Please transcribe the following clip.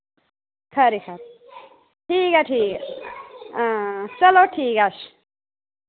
खरी खरी ठीक ऐ ठीक ऐ हां चलो ठीक ऐ अच्छा